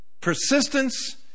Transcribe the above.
persistence